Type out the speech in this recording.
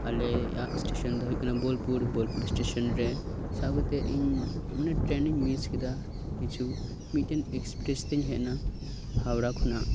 ᱟᱞᱮᱭᱟᱜ ᱥᱴᱮᱥᱚᱱ ᱫᱚ ᱦᱳᱭᱳᱜ ᱠᱟᱱᱟ ᱵᱳᱞᱯᱩᱨ ᱵᱳᱞᱯᱩᱨ ᱥᱴᱮᱥᱮᱱ ᱨᱮ ᱥᱟᱵ ᱠᱟᱛᱮ ᱤᱧ ᱴᱨᱮᱱ ᱤᱧ ᱢᱤᱥ ᱠᱮᱫᱟ ᱠᱤᱪᱷᱩ ᱢᱤᱫ ᱴᱮᱱ ᱮᱠᱥᱯᱨᱮᱥ ᱛᱤᱧ ᱦᱮᱡ ᱮᱱᱟ ᱦᱟᱣᱲᱟ ᱠᱷᱚᱱᱟᱜ